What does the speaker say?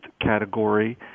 category